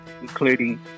including